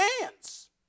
hands